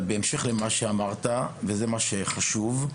אבל בהמשך למה שאמרת וזה מה שחשוב,